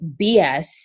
bs